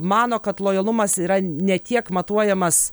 mano kad lojalumas yra ne tiek matuojamas